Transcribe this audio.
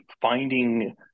finding